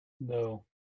No